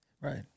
Right